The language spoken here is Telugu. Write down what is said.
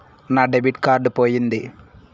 నా డెబిట్ కార్డు పోయింది